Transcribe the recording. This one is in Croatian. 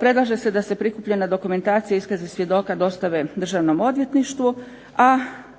predlaže se da se prikupljena dokumentacija, iskazi svjedoka dostave Državnom odvjetništvu, a